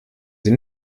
sie